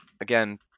again